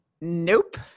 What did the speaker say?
Nope